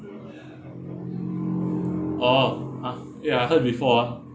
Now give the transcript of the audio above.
oh !huh! ya I heard before ah